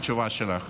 לתשובה שלך.